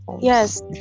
yes